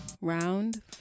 Round